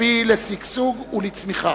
שתביא לשגשוג ולצמיחה.